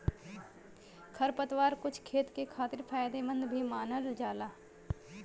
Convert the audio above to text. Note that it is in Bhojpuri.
खरपतवार कुछ खेत के खातिर फायदेमंद भी मानल जाला